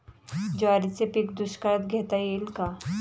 ज्वारीचे पीक दुष्काळात घेता येईल का?